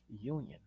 union